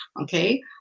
okay